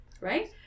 Right